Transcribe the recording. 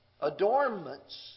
adornments